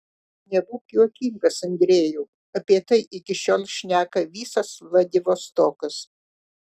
nebūk juokingas andrejau apie tai iki šiol šneka visas vladivostokas